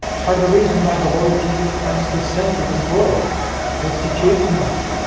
part of the reason why the lord jesus christ was sent to this world was to chasten us